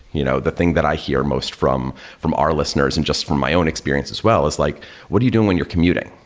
you know the thing that i hear most from from our listeners and just from my own experience as well is like what are you doing when you're commuting?